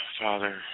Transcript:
Father